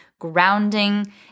grounding